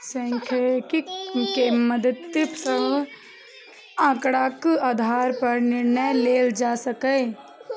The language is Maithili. सांख्यिकी के मदति सं आंकड़ाक आधार पर निर्णय लेल जा सकैए